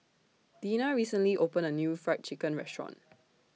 Deena recently opened A New Fried Chicken Restaurant